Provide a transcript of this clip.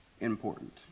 important